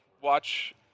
watch